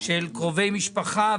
של קרובי משפחה,